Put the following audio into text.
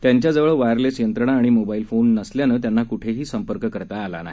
त्यांच्या जवळ वायरलेस यंत्रणा आणि मोबाईल फोन नसल्यानं त्यांना कुठे संपर्कही करता आला नाही